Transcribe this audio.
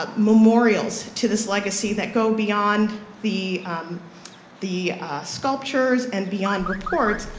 ah memorials to this legacy that go beyond the the sculptures and beyond reports,